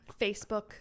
Facebook